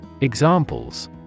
Examples